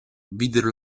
videro